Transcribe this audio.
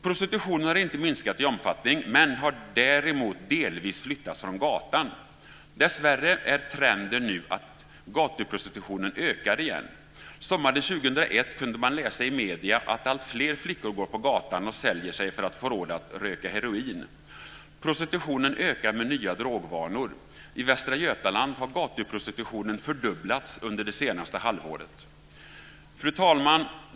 Prostitutionen har inte minskat i omfattning, men har däremot delvis flyttats från gatan. Dessvärre är trenden nu att gatuprostitutionen ökar igen. Sommaren 2001 kunde man läsa i medier att alltfler flickor går på gatan och säljer sig för att få råd att röka heroin. Prostitutionen ökar med nya drogvanor. I Västra Götaland har gatuprostitutionen fördubblats under det senaste halvåret. Fru talman!